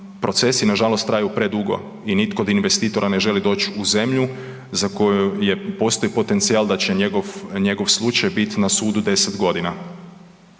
procesi nažalost traju predugo i nitko od investitora ne želi doć u zemlju za koju postoji potencijal da će njegov slučaj bit na sudu 10 godina.